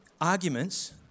arguments